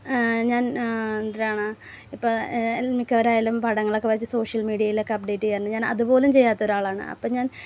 ഞാൻ എന്തരാണ് ഇപ്പോൾ മിക്കവരായാലും പടങ്ങളൊക്കെ വരച്ച് സോഷ്യൽ മീഡിയാലൊക്കെ അപ്ഡേറ്റ് ചെയ്യാറുണ്ട് ഞാൻ അതുപോലും ചെയ്യാത്തൊരാളാണ് അപ്പം ഞാൻ